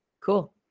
cool